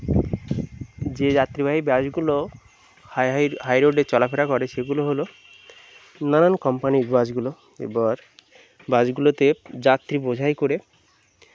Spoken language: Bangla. যে যাত্রীবাহী বাসগুলো হাই হাই হাইরোডে চলাফেরা করে সেইগুলো হলো নানান কোম্পানির বাসগুলো এবার বাসগুলোতে যাত্রী বোঝাই করে